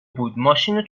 بود، ماشینو